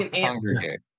Congregate